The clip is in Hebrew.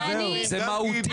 זה מהותי.